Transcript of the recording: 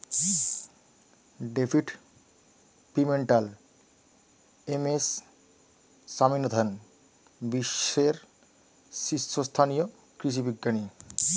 David Pimentel, M S Swaminathan বিশ্বের শীর্ষস্থানীয় কৃষি বিজ্ঞানী